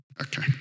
Okay